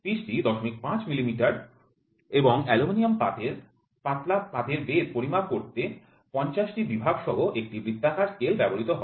পিচটি ০৫ millimetre এবং অ্যালুমিনিয়ামের পাতলা পাতের বেধ পরিমাপ করতে ৫০ টি বিভাগ সহ একটি বৃত্তাকার স্কেল ব্যবহৃত হয়